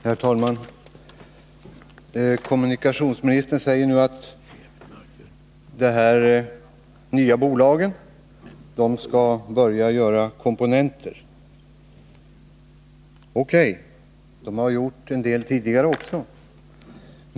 Herr talman! Kommunikationsministern säger nu att de här nya bolagen skall börja tillverka komponenter. O.K. De har gjort en del tidigare.